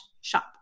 shop